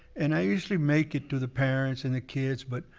and i usually make it to the parents and the kids but,